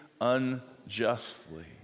unjustly